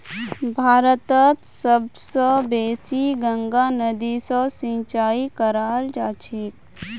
भारतत सब स बेसी गंगा नदी स सिंचाई कराल जाछेक